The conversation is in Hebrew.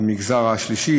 במגזר השלישי,